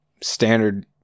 standard